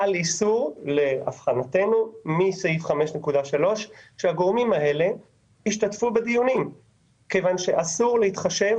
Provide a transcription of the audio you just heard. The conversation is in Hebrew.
חל איסור מסעיף 5.3 שהגורמים האלה ישתתפו בדיונים כיוון שאסור להתחשב,